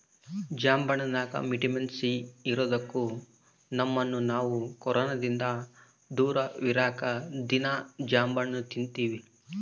ಜಾಂಬಣ್ಣಗ vitamin C ಇರದೊಕ್ಕ ನಮ್ಮನ್ನು ನಾವು ಕೊರೊನದಿಂದ ದೂರವಿರಕ ದೀನಾ ಜಾಂಬಣ್ಣು ತಿನ್ತಿವಿ